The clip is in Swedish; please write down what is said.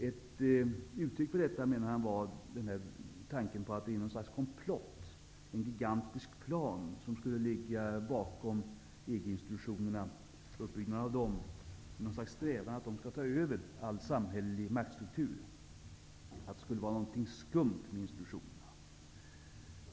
Ett uttryck för detta, menar han, var tanken på att det är någons slags komplott, en gigantisk plan, som skulle ligga bakom EG-institutionerna och uppbyggnaden av dem. Det skulle vara någon slags strävan att de skall ta över all samhällelig maktstruktur. Det skulle vara något skumt med institutionerna.